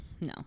No